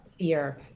fear